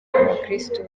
abakiristu